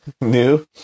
new